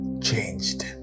changed